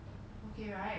mm